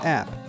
app